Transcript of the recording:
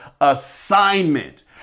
assignment